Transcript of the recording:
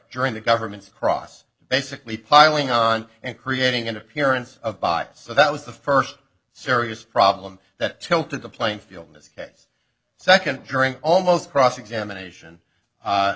during the government's cross basically piling on and creating an appearance of by so that was the first serious problem that tilted the playing field in this case second during almost cross examination